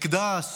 מקדש